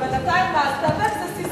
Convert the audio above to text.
ובינתיים להיאבק זו ססמה.